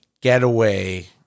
getaway